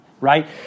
right